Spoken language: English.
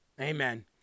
Amen